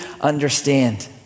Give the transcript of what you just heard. understand